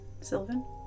Sylvan